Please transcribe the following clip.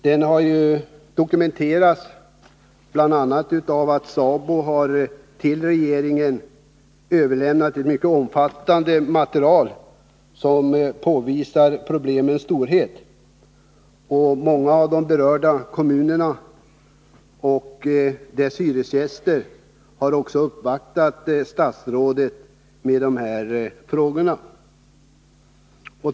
Detta har dokumenterats bl.a. av att SABO till regeringen har överlämnat ett mycket omfattande material som visar problemens storlek. Många av de berörda kommunerna och deras hyresgäster har också uppvaktat statsrådet med de här frågorna.